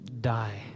die